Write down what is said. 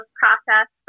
process